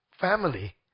family